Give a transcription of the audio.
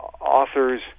authors